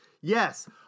Yes